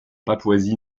papouasie